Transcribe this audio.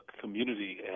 community